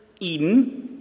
Eden